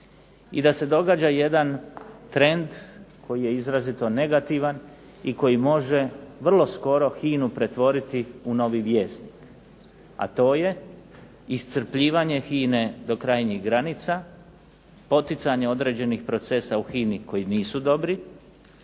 i da se događa jedan trend koji je izrazito negativan i koji može vrlo skoro HINA-u pretvoriti u novi "Vjesnik" a to je iscrpljivanje HINA-e do krajnjih granica, poticanja određenih procesa u HINA-i koji nisu dobri,